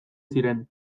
ziren